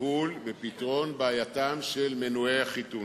לטיפול בפתרון בעייתם של מנועי החיתון,